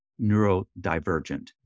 neurodivergent